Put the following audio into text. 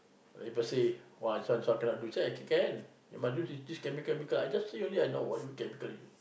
people say !wah! this one this one cannot do say I c~ can you must use this this chemical beaker I see already I know what chemical you use